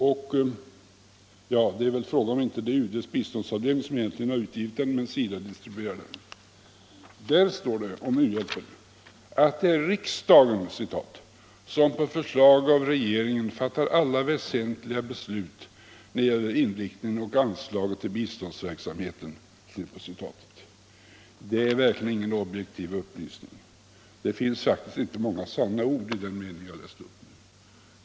Ja, frågan är väl om det inte är UD:s biståndsavdelning som egentligen har givit ut den, men SIDA distribuerar den. Där står det om u-hjälpen: ”Det är riksdagen som på förslag av regeringen fattar alla väsentliga beslut, när det gäller inriktningen och anslagen till biståndsverksamheten.” — Det är verkligen ingen objektiv upplysning. Det finns inte många sanna ord i den meningen.